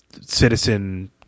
citizen